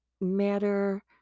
matter